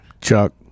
Chuck